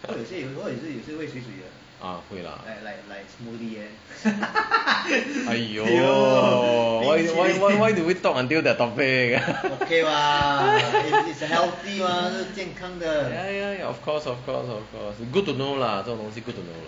ah 对 lah !aiyo! why why why did we talk until the topic ya ya of course of course of course good to know lah 这种东西 good to know lah